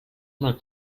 mal